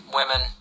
women